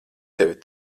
tevi